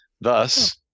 Thus